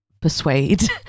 persuade